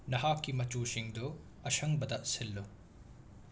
ꯅꯍꯥꯛꯀꯤ ꯃꯆꯨꯁꯤꯡꯗꯨ ꯑꯁꯪꯕꯗ ꯁꯤꯟꯂꯨ